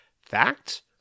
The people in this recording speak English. fact